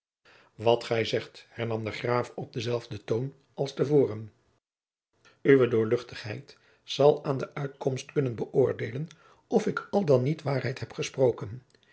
wat gij zegt hernam de graaf op denzelfden toon als te voren uwe doorl zal aan de uitkomst kunnen beoordeelen of ik al dan niet waarheid heb gesproken